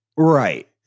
Right